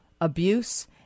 abuse